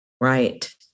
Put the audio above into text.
Right